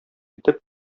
итеп